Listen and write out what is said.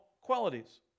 qualities